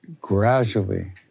gradually